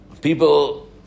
People